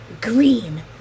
green